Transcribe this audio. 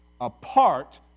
apart